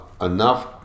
enough